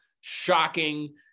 shocking